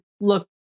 look